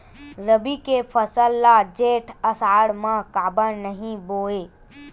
रबि के फसल ल जेठ आषाढ़ म काबर नही बोए?